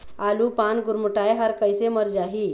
आलू पान गुरमुटाए हर कइसे मर जाही?